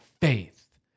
faith